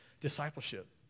Discipleship